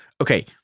okay